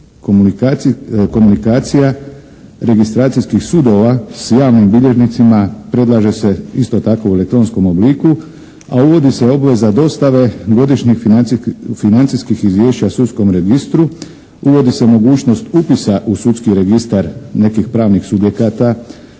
komunikacija registracijskih sudova s javnim bilježnicima. Predlaže se isto tako u elektronskom obliku, a uvodi se obveza dostave godišnjih financijskih izvješća sudskom registru. Uvodi se mogućnost upisa u sudski registar nekih pravnih subjekata